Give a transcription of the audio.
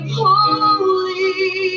holy